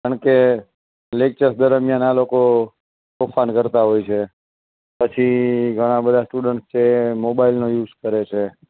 કારણ કે લેક્ચર્સ દરમિયાન આ લોકો તોફાન કરતાં હોય છે પછી ઘણા બધા સ્ટુડન્ટ્સ છે મોબાઈલનો યુઝ કરે છે